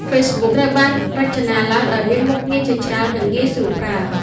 Facebook ត្រូវបានរចនាឡើងដោយមាន មុខងារជាច្រើននិងងាយស្រួលប្រើ។